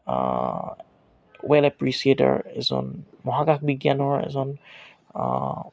well appreciator এজন মহাকাশ বিজ্ঞানৰ এজন